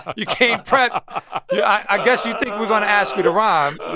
you came prepped. i guess you think we're going to ask you to rhyme